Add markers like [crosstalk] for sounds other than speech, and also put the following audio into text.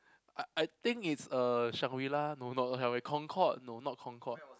I I think it's uh Shangri-La no not Concorde no not Concorde [noise]